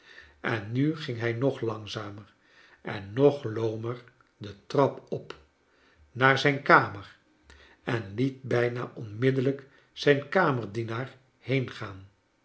en nu ging hij nog langzamer en nog loomer de trap op naar zijn kamer en liet bijna onmiddellrjk zijn kamerdienaar